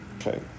Okay